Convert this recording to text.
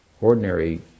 ordinary